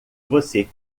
você